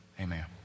Amen